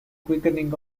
quickening